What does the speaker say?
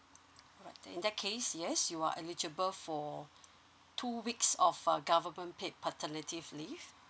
alright in that case yes you are eligible for two weeks of uh government paid paternity leave